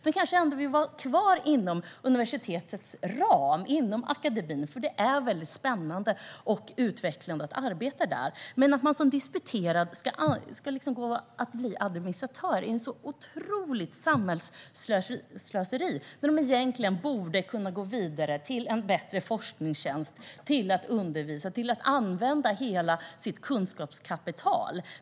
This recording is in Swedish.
De kan vilja vara kvar inom universitetets ram, inom akademin, eftersom det är spännande och utvecklande att arbeta där, men att en disputerad ska bli administratör är ett så otroligt samhällsslöseri när denne egentligen borde gå vidare till en bättre forskningstjänst eller undervisa och använda hela sitt kunskapskapital.